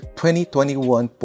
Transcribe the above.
2021